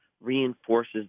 Reinforces